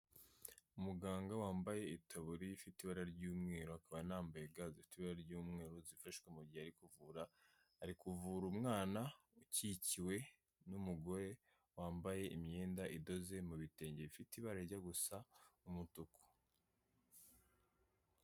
Umuganga wambaye itaburiya ifite ibara ry'umweru, akaba anambaye ga zifite ibara ry'umweru, zifashishwa mu gihe ari kuvura, ari kuvura umwana ukikiwe n'umugore wambaye imyenda idoze mu bitenge bifite ibara rijya gusa umutuku.